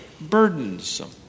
burdensome